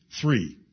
three